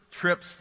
trips